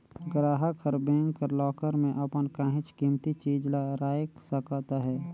गराहक हर बेंक कर लाकर में अपन काहींच कीमती चीज ल राएख सकत अहे